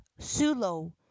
sulo